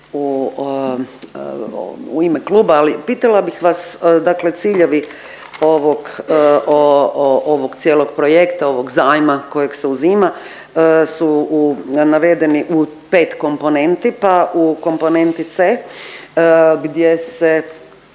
u ime kluba, ali pitala bih vas dakle ciljevi ovog, ovog cijelog projekta ovog zajma kojeg se uzima su navedeni u 5 komponenti, pa u komponenti C gdje se